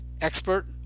Expert